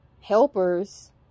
helpers